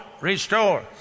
restore